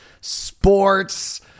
sports